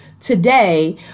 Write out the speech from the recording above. today